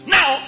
Now